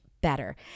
better